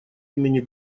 имени